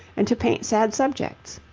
and to paint sad subjects.